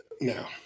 Now